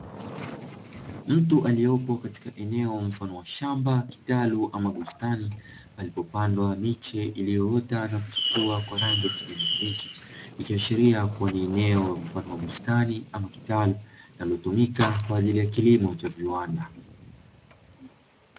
Mtu aliyopo Katika eneo mfano wa shamba, kitalu ama bustani, palipopandwa miche iliyoota na kuchipua kwa rangi ya kijani kibichi, ikiashiria kuwa ni eneo mfano wa bustani ama kitalu, linalotumika kwa ajili ya kilimo cha viwanda.